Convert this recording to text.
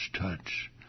touch